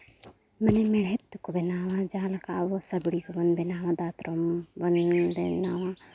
ᱢᱟᱱᱮ ᱢᱮᱬᱦᱮᱫ ᱛᱮᱠᱚ ᱵᱮᱱᱟᱣᱟ ᱡᱟᱦᱟᱸ ᱞᱮᱠᱟ ᱥᱟᱹᱵᱽᱤᱲ ᱠᱚᱵᱚᱱ ᱵᱮᱱᱟᱣᱟ ᱫᱟᱛᱨᱚᱢ ᱵᱚᱱ ᱵᱮᱱᱟᱣᱟ